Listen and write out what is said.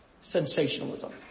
sensationalism